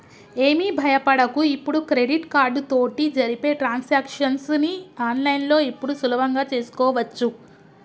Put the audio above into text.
ఏమి భయపడకు ఇప్పుడు క్రెడిట్ కార్డు తోటి జరిపే ట్రాన్సాక్షన్స్ ని ఆన్లైన్లో ఇప్పుడు సులభంగా చేసుకోవచ్చు